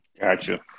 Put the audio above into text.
Gotcha